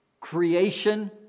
Creation